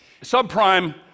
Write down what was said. Subprime